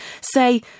say